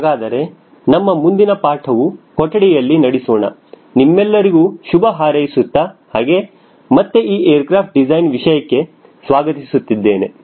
ಹಾಗಾದರೆ ನಮ್ಮ ಮುಂದಿನ ಪಾಠವು ಕೊಠಡಿಯಲ್ಲಿ ನಡೆಸೋಣ ನಿಮ್ಮೆಲ್ಲರಿಗೂ ಶುಭ ಹಾರೈಸುತ್ತ ಹಾಗೆ ಮತ್ತೆ ಈ ಏರ್ಕ್ರಫ್ಟ್ ಡಿಸೈನ್ ವಿಷಯಕ್ಕೆ ಸ್ವಾಗತಿಸುತ್ತಿದ್ದೇನೆ